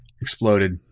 Exploded